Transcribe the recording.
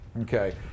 Okay